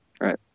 right